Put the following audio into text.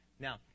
Now